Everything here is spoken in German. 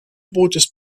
bootes